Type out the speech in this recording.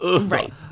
right